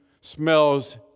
smells